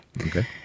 Okay